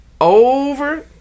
over